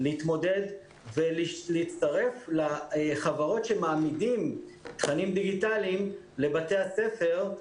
להתמודד ולהצטרף לחברות שמעמידות תכנים דיגיטליים לבתי הספר.